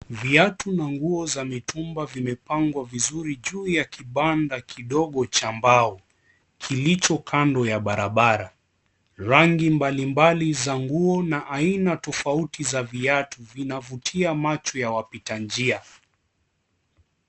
Viatu na nguo za mitumba vimepangwa vizuri juu ya kibanda kidogo cha mbao kilicho kando ya barabara. Rangi mbali mbali za nguo na aina tofauti za viatu vinavutia macho ya wapitq njia.